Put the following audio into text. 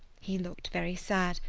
he looked very sad,